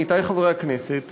עמיתי חברי הכנסת,